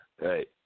Right